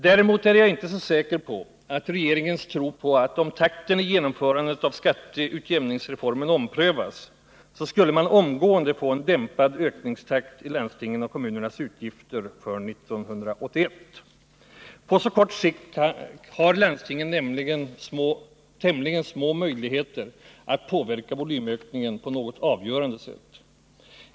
Däremot är jag inte så säker på regeringens tro på att om takten i genomförandet av skatteutjämningsreformen omprövas, så skulle man omgående få en dämpad ökningstakt i landstingens och kommunernas utgifter för 1981. På så kort sikt har landstingen tämligen små möjligheter att påverka volymökningen på något avgörande sätt.